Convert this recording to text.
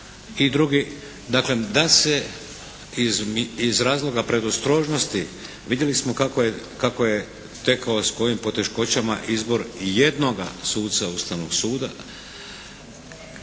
i drugi. Dakle da se iz razloga predostrožnosti, vidjeli smo kako je tekao s kojim poteškoćama izbor jednoga suca Ustavnog suda,